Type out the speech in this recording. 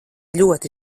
ļoti